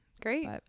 great